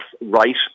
right